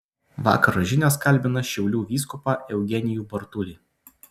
vakaro žinios kalbina šiaulių vyskupą eugenijų bartulį